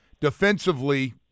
Defensively